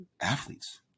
athletes